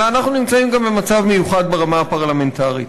אלא אנחנו נמצאים גם במצב מיוחד ברמה הפרלמנטרית.